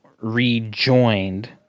rejoined